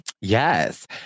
Yes